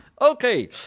Okay